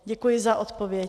Děkuji za odpověď.